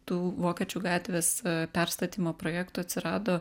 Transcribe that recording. tų vokiečių gatvės perstatymo projektų atsirado